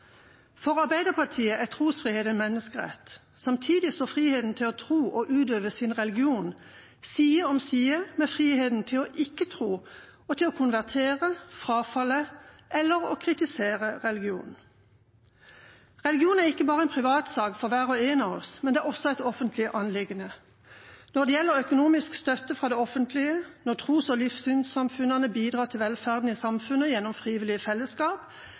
For Arbeiderpartiet er trosfrihet en menneskerett. Samtidig står friheten til å tro og utøve sin religion side om side med friheten til ikke å tro og til å konvertere, frafalle eller kritisere religion. Religion er ikke bare en privatsak for hver og en av oss. Den er også et offentlig anliggende når det gjelder økonomisk støtte fra det offentlige, når tros- og livssynssamfunnene bidrar til velferden i samfunnet gjennom frivillige fellesskap,